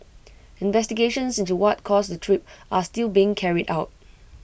investigations into what caused the trip are still being carried out